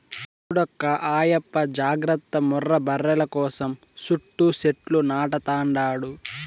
చూడక్కా ఆయప్ప జాగర్త ముర్రా బర్రెల కోసం సుట్టూ సెట్లు నాటతండాడు